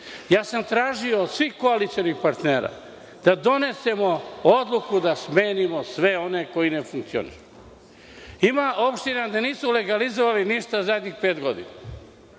sam tražio od svih koalicionih partnera da donesemo odluku da smenimo sve one koji ne funkcionišu. Ima opština gde nije legalizovano ništa poslednjih pet godina.